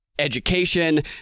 education